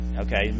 Okay